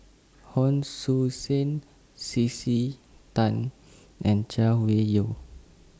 Hon Sui Sen C C Tan and Chay Weng Yew